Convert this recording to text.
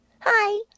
Hi